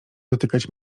dotykać